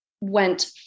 went